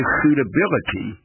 suitability